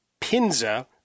Pinza